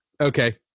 Okay